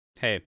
Hey